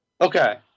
Okay